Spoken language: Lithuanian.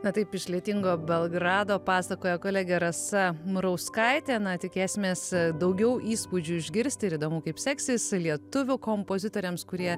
na taip iš lietingo belgrado pasakoja kolegė rasa murauskaitė na tikėsimės daugiau įspūdžių išgirsti ir įdomu kaip seksis lietuvių kompozitoriams kurie